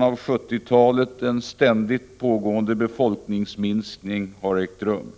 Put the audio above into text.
har ägt rum en ständigt pågående befolkningsminskning sedan början av 1970-talet.